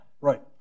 Right